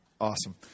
Awesome